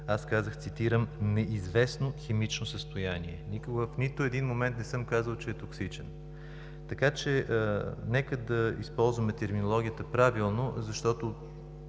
Аз казах – цитирам – „неизвестно химично състояние“. Никога в нито един момент не съм казал, че е токсичен. Така че нека да използваме терминологията правилно, защото